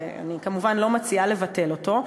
ואני כמובן לא מציעה לבטל אותו,